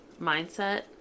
mindset